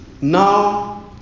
Now